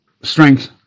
strength